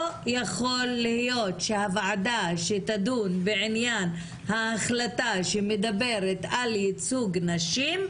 לא יכול להיות שהוועדה שתדון בעניין ההחלטה שמדברת על ייצוג נשים,